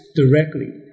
directly